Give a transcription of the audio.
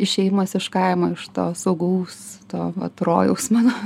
išėjimas iš kaimo iš to saugaus to vat rojaus mano